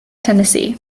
tennessee